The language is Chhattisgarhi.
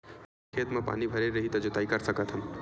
का खेत म पानी भरे रही त जोताई कर सकत हन?